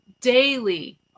daily